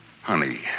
Honey